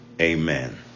Amen